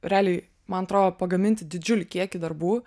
realiai man atrodo pagaminti didžiulį kiekį darbų